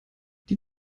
die